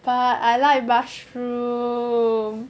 but I like mushroom